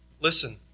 Listen